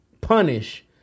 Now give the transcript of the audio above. punish